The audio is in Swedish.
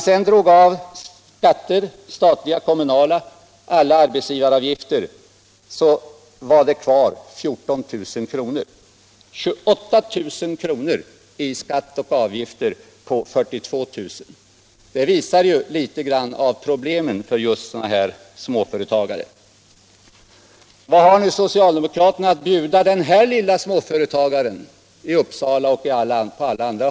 Sedan statlig och kommunal skatt och arbetsgivaravgifter hade betalats hade han kvar 14 000 kr. 28 000 kr. i skatter och avgifter på 42000 kr.! Det visar litet av problemen för småföretagarna. Vad har nu socialdemokraterna att bjuda småföretagaren i Uppsala och på andra håll i landet?